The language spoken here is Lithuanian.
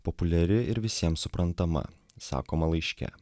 populiari ir visiems suprantama sakoma laiške